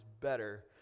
better